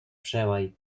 przełaj